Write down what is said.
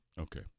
Okay